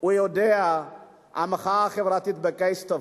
כי הוא יודע שהמחאה החברתית תבוא בקיץ,